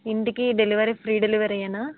ఇంటికి delivery free డెలివరీయేనా